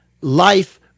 life